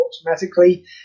automatically